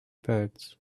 birds